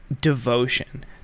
devotion